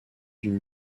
d’une